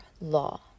law